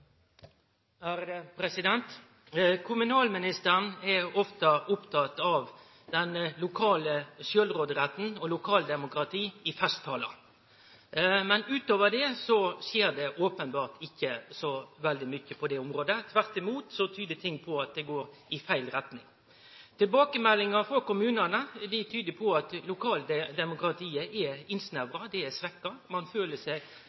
Gjermund Hagesæter. Kommunalministeren er ofte oppteken av den lokale sjølvråderetten og lokaldemokratiet i festtalar, men utover det skjer det openbert ikkje så veldig mykje på det området – tvert imot tyder ting på at det går i feil retning. Tilbakemeldingar frå kommunane tyder på at lokaldemokratiet er innsnevra – det er svekt – og ein føler seg